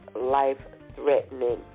life-threatening